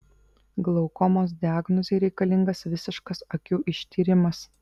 glaukomos diagnozei reikalingas visiškas akių ištyrimas